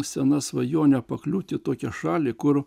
sena svajonė pakliūti į tokią šalį kur